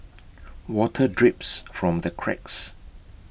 water drips from the cracks